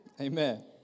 Amen